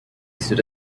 stood